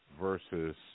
versus